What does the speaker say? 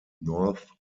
north